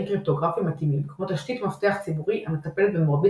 קריפטוגרפים מתאימים כמו תשתית מפתח ציבורי המטפלת במרבית